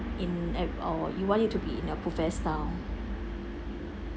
in or you want it to be in a buffet style